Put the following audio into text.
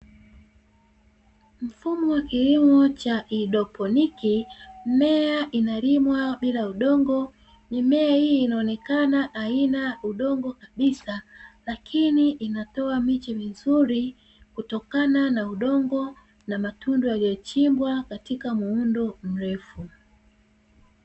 Mfumo wa kilimo cha haidroponi, mmea unalimwa bila udongo. Mimea hii inaonekana haina udongo kabisa lakini inatoa miche mizuri, kutokana na udongo na matundu yaliyochimbwa katika muundo mrefu.